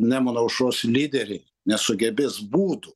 nemuno aušros lyderiai nesugebės būdų